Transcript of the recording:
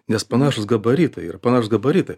nes panašūs gabaritai yra panašūs gabaritai